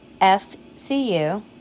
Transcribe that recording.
FCU